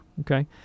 okay